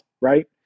right